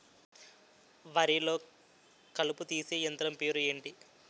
వరి లొ కలుపు తీసే యంత్రం పేరు ఎంటి?